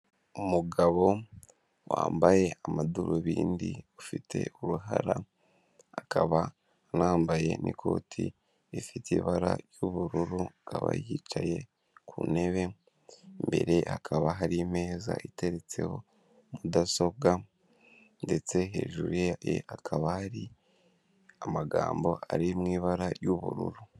umugabo wambaye amadurubindi ufite uruhara akaba anambaye n'ikoti rifite ibara ry'ubururu aba yicaye ku ntebe mbere hakaba hari imeza iteretseho mudasobwa ndetse hejuru ye akaba ahi amagambo ari mu ibara ry'ubururu.